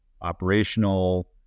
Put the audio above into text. operational